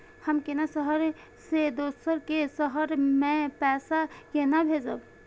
हम केना शहर से दोसर के शहर मैं पैसा केना भेजव?